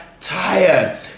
tired